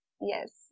yes